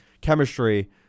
chemistry